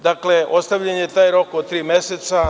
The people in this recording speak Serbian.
Dakle, ostavljen je taj rok od tri meseca.